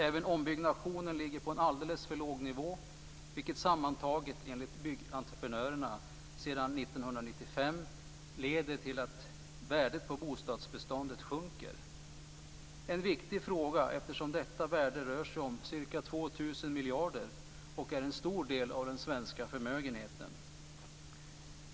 Även ombyggnationen ligger på en alldeles för låg nivå, vilket sammantaget enligt Byggentreprenörerna sedan 1995 leder till att bostadsbeståndets värde sjunker - en viktig fråga eftersom detta värde rör sig om ca 2 000 miljarder och är en stor del av den svenska förmögenheten.